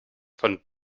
von